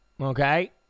okay